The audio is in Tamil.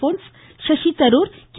bones Shashi Tharoor K